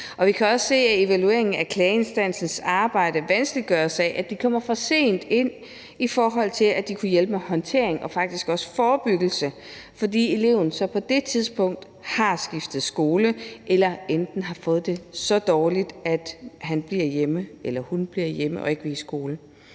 evalueringen, at klageinstansens arbejde vanskeliggøres af, at den kommer for sent ind, i forhold til at den kan hjælpe med håndteringen og faktisk også med forebyggelsen, fordi eleven så på det tidspunkt enten har skiftet skole eller har fået det så dårligt, at han eller hun bliver hjemme og ikke vil i skole.